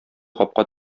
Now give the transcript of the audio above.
капка